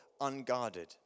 unguarded